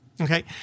Okay